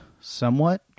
somewhat